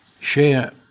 share